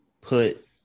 put